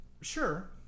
Sure